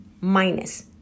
minus